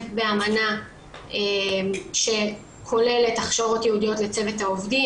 באמנה שכוללת הכשרות ייעודיות לצוות העובדים,